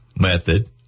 method